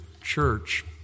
church